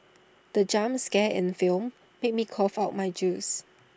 the jump scare in the film made me cough out my juice